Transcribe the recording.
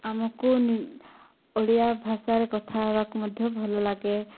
ଆମକୁ ଓଡ଼ିଆ ଭାଷାରେ କଥା ହବାକୁ ମଧ୍ୟ ଭଲ ଲାଗେ